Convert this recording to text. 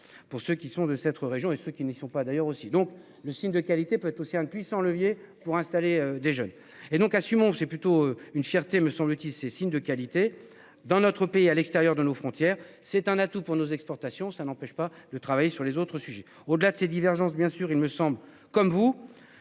Pour ceux qui sont de cette région et ceux qui ne sont pas d'ailleurs aussi, donc le signe de qualité peut aussi un puissant levier pour installer des jeunes et donc assumons c'est plutôt une fierté, me semble-t-il c'est signe de qualité dans notre pays à l'extérieur de nos frontières. C'est un atout pour nos exportations, ça n'empêche pas de travailler sur les autres sujets au-delà de ces divergences, bien sûr, il me semble comme vous